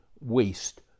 waste